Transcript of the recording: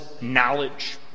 knowledge